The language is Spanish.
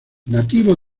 nativo